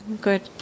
good